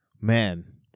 Man